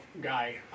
guy